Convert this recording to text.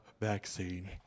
vaccine